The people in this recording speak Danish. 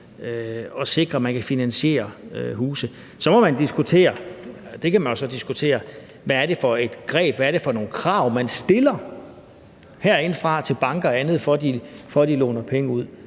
og sikre, at man kan finansiere huse. Så må man diskutere, og det kan man jo så, hvad det er for et greb, hvad er det for nogle krav, man stiller herindefra til banker og andet, for at de låner penge ud.